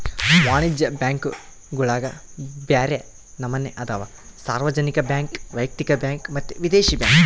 ವಾಣಿಜ್ಯ ಬ್ಯಾಂಕುಗುಳಗ ಬ್ಯರೆ ನಮನೆ ಅದವ, ಸಾರ್ವಜನಿಕ ಬ್ಯಾಂಕ್, ವೈಯಕ್ತಿಕ ಬ್ಯಾಂಕ್ ಮತ್ತೆ ವಿದೇಶಿ ಬ್ಯಾಂಕ್